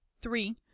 three